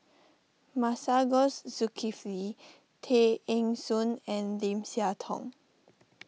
Masagos Zulkifli Tay Eng Soon and Lim Siah Tong